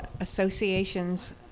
associations